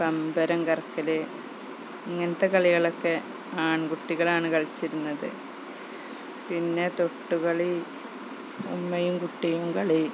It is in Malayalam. പമ്പരം കറക്കൽ ഇങ്ങനത്തെ കളികളൊക്കെ ആൺകുട്ടികളാണ് കളിച്ചിരുന്നത് പിന്നെ തൊട്ട് കളി ഉമ്മയും കുട്ടിയും കളി